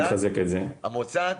המוסד?